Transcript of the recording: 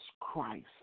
Christ